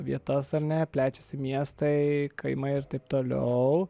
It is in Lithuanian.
vietas ar ne plečiasi miestai kaimai ir taip toliau